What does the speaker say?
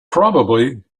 probably